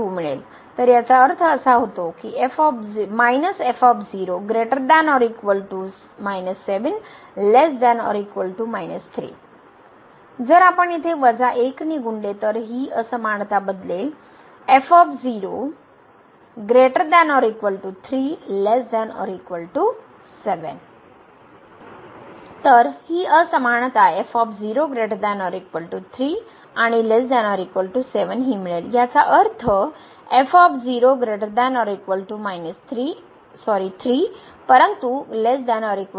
मिळेल तर याचा अर्थ असा होतो जर आपण येथे वजा 1 ने गुणले तर हि असमानता बदलेल तर ही असमानता आणि ≤7 ही मिळेल याचा अर्थ 3 परंतु ≤7